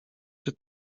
czy